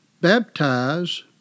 baptize